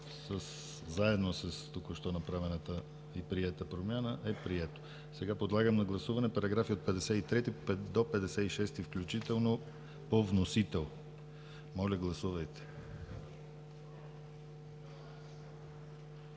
заедно с току-що направената и приета промяна, е прието. Подлагам на гласуване параграфи от 53 до 56 включително, по вносител. Моля, гласувайте.